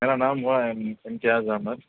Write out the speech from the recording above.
میرا نام وہ ہے امتیاز احمد